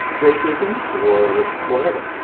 criticisms or whatever.